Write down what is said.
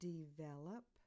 Develop